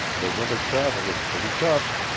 the winter travel is pretty tough.